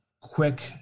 quick